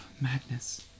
Madness